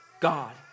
God